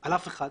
על אף אחד,